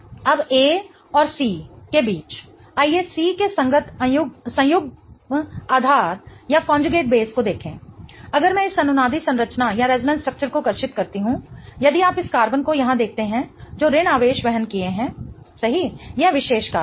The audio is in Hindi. अब A और C के बीच आइए C के संगत संयुग्म आधार को देखें अगर मैं इस अनुनादी संरचना को कर्षित करती हूं यदि आप इस कार्बन को यहां देखते हैं जो ऋण आवेश वहन किए है सही यह विशेष कार्बन